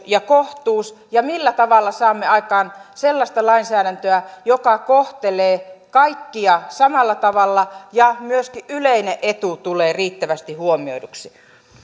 ja kohtuus ja millä tavalla saamme aikaan sellaista lainsäädäntöä joka kohtelee kaikkia samalla tavalla ja jossa myöskin yleinen etu tulee riittävästi huomioiduksi